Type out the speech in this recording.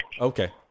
Okay